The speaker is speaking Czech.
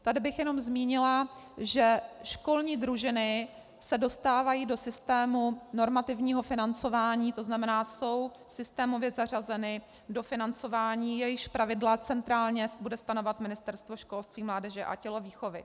Tady bych jenom zmínila, že školní družiny se dostávají do systému normativního financování, to znamená, jsou systémově zařazeny do financování, jejichž pravidla centrálně bude stanovovat Ministerstvo školství, mládeže a tělovýchovy.